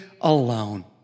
alone